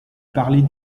parlée